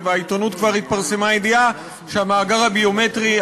ובעיתונות כבר התפרסמה ידיעה שהמאגר הביומטרי,